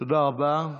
תודה רבה.